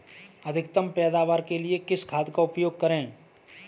अधिकतम पैदावार के लिए किस खाद का उपयोग करें?